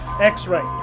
X-Ray